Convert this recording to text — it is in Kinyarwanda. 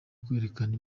kwerekana